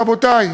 רבותי,